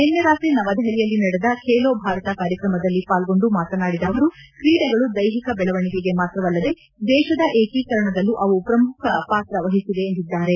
ನಿನ್ನೆ ರಾತ್ರಿ ನವದೆಹಲಿಯಲ್ಲಿ ನಡೆದ ಖೇಲೊ ಭಾರತ ಕಾರ್ಯಕ್ರಮದಲ್ಲಿ ಪಾಲ್ಗೊಂಡು ಮಾತನಾಡಿದ ಅವರು ಕ್ರೀಡೆಗಳು ದೈಹಿಕ ಬೆಳವಣಿಗೆಗೆ ಮಾತ್ರವಲ್ಲದೆ ದೇಶದ ಏಕೀಕರಣದಲ್ಲೂ ಅವು ಮುಖ್ಯ ಪಾತ್ರವಹಿಸಿವೆ ಎಂದಿದ್ದಾರೆ